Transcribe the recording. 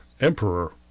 emperor